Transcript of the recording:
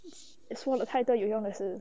it's one of the title 你用的事